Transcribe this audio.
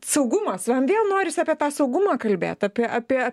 saugumas man vėl norisi apie tą saugumą kalbėti apie apie